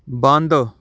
ਬੰਦ